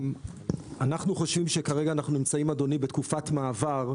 אנחנו חושבים שכרגע אנחנו נמצאים בתקופת מעבר,